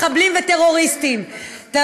הצעת החוק קיימת.